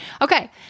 Okay